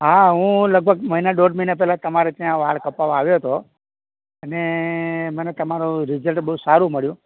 હાં હું લગભગ મહિનાથી દોઢ મહિના પહેલાં તમારે ત્યાં વાળ કપાવવા આવ્યો તો અને મને તમારો રિઝલ્ટ બહુ સારું મળ્યું